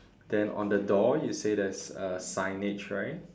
then on the door you say there's a signage right